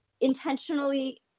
intentionally